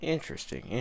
Interesting